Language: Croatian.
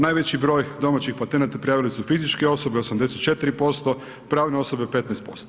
Najveći broj domaćih patenata prijavile su fizičke osobe 84%, pravne osobe 15%